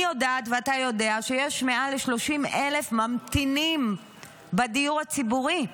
אני יודעת ואתה יודע שיש מעל 30,000 ממתינים בדיור הציבורי,